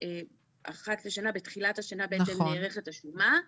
אחת לשנה בתחילת השנה בעצם נערכת השומה.